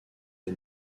est